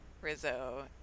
Rizzo